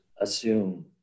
assume